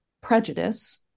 prejudice